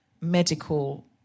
medical